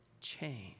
change